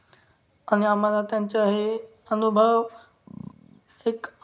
आणि आम्हाला त्यांचं हे अनुभव एक